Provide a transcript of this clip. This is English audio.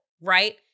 right